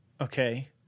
okay